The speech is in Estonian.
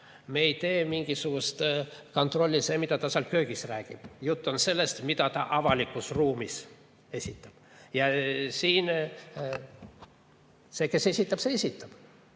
Me ei tee mingisugust kontrolli selle suhtes, mida ta seal köögis räägib. Jutt on sellest, mida ta avalikus ruumis esitab. Siin see, kes esitab, see esitab.